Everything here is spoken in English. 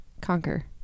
conquer